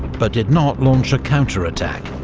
but did not launch a counterattack,